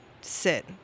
sit